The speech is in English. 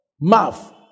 mouth